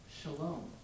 Shalom